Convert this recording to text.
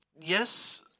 yes